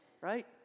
right